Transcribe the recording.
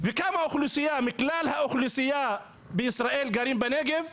וכמה אוכלוסייה מכלל האוכלוסייה בישראל גרים בנגב,